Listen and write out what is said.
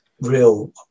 real